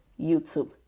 YouTube